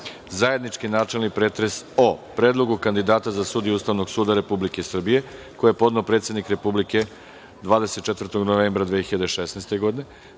zajednički jedinstveni pretres o: Predlogu kandidata za sudije Ustavnog suda Republike Srbije, koji je podneo predsednik Republike, 24. novembra 2016. godine;